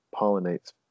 pollinates